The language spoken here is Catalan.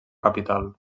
capital